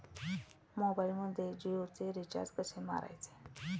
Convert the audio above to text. मोबाइलमध्ये जियोचे रिचार्ज कसे मारायचे?